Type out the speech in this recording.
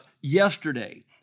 yesterday